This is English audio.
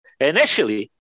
Initially